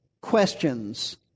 questions